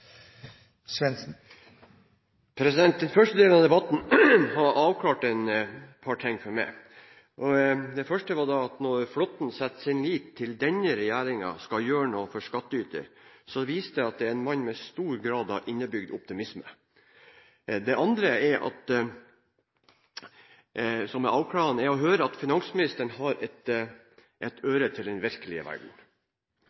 og avgifter. Den første delen av debatten har avklart et par ting for meg. Det første er at når Flåtten setter sin lit til at denne regjeringen skal gjøre noe for skattyter, viser det at han er en mann med stor grad av innebygd optimisme. Det andre, som er avklarende å høre, er at finansministeren har et